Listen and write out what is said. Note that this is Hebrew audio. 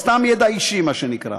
סתם מידע אישי, מה שנקרא.